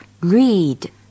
read